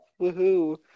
Woohoo